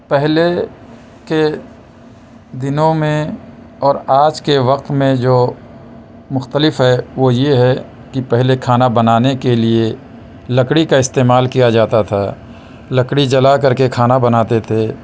پہلے کے دنوں میں اور آج کے وقت میں جو مختلف ہے وہ یہ ہے کہ پہلے کھانا بنانے کے لئے لکڑی کا استعمال کیا جاتا تھا لکڑی جلا کر کے کھانا بناتے تھے